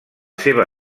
seva